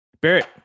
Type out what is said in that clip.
Barrett